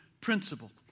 principle